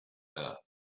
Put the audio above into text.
her